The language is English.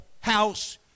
house